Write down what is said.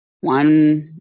One